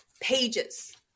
pages